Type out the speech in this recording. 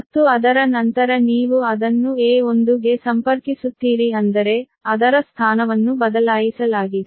ಮತ್ತು ಅದರ ನಂತರ ನೀವು ಅದನ್ನು A1 ಗೆ ಸಂಪರ್ಕಿಸುತ್ತೀರಿ ಅಂದರೆ ಅದರ ಸ್ಥಾನವನ್ನು ಬದಲಾಯಿಸಲಾಗಿದೆ